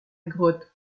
grotte